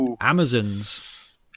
Amazons